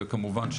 וכמובן,